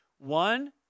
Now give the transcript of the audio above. One